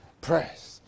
Press